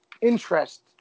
interest